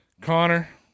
Connor